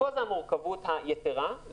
ופה המורכבות היתרה.